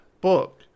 book